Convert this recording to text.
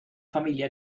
familia